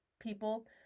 People